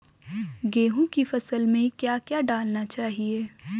गेहूँ की फसल में क्या क्या डालना चाहिए?